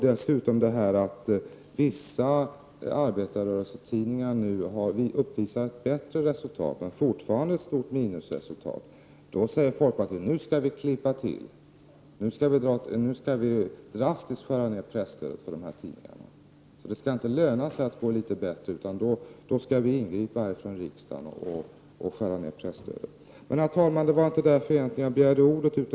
Vissa arbetarrörelsetidningar uppvisar nu ett bättre resultat, men det är fortfarande ett stort minusresultat. Då säger folkpartiet: Nu skall vi klippa till och drastiskt skära ner presstödet för dessa tidningar. Det skall inte löna sig att gå litet bättre, för då skall vi här i riksdagen ingripa och skära ner presstödet. Herr talman! Det var inte därför jag begärde ordet.